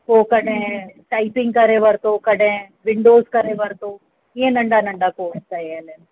पोइ कॾहिं टाइपिंग करे वरितो कॾहिं विंडोज़ करे वरितो ईंअ नंढा नंढा कोर्स कयल आहिनि